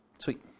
Sweet